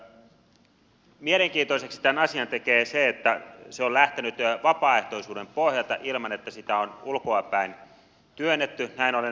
mielenkiintoiseksi tämän asian tekee se että se on lähtenyt vapaaehtoisuuden pohjalta ilman että sitä on ulkoapäin työnnetty näin olen ymmärtänyt